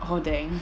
oh dang